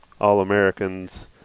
All-Americans